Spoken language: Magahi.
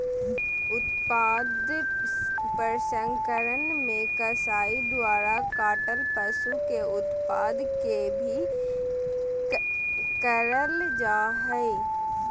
उत्पाद प्रसंस्करण मे कसाई द्वारा काटल पशु के उत्पाद के भी करल जा हई